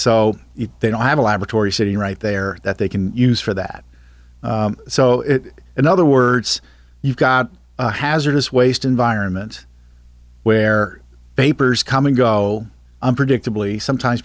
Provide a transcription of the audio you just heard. so they don't have a laboratory sitting right there that they can use for the at so it in other words you've got a hazardous waste environment where papers come and go unpredictably sometimes